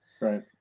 Right